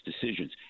decisions